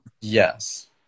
Yes